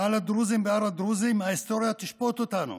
על הדרוזים בהר הדרוזים, ההיסטוריה תשפוט אותנו.